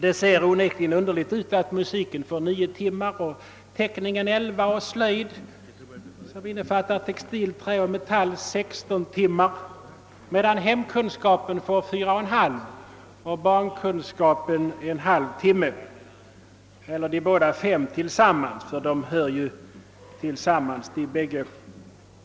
Det ser onekligen underligt ut att musiken får 9 timmar, teckningen 11 och slöjden, som innefattar textil-, träoch metallslöjd, 16 timmar, medan hemkunskapen får endast 4! > timme. De båda hör ju ihop och har alltså fått 5 timmar tillsammans.